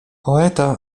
poeta